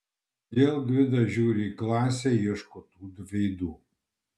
kodėl gvidas žiūri į klasę ieško tų veidų